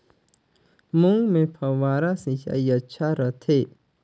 मूंग मे फव्वारा सिंचाई अच्छा रथे?